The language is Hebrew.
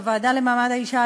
בוועדה לקידום מעמד האישה,